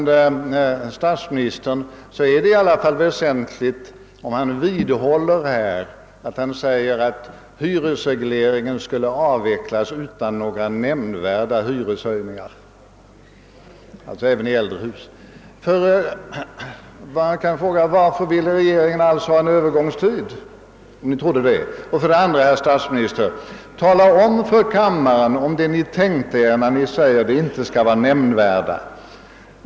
Det är i alla fall väsentligt huruvida statsministern vidhåller att hyresregleringen skulle avvecklas utan några nämnvärda hyreshöjningar, alltså även i äldre hus. Man kan för det första fråga: Varför ville regeringen ha en övergångstid om den trodde att hyreshöjningarna inte skulle bli nämnvärda? För det andra, herr statsminister: Tala om för kammarens ledamöter vad Ni tänkte när Ni sade att höjningarna inte skulle bli nämnvärda.